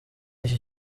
iki